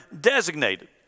designated